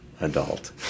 adult